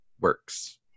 works